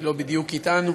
היא לא בדיוק אתנו,